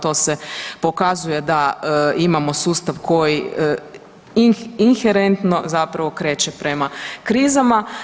To se pokazuje da imamo sustav koji inherentno zapravo kreće prema krizama.